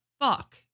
fuck